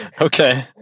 Okay